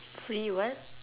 free what